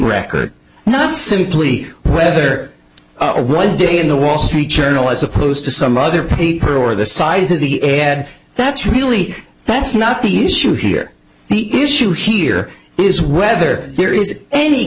record not simply whether why did the wall street journal as opposed to some other paper or the size of the ed that's really that's not the issue here the issue here is whether there is any